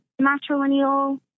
matrilineal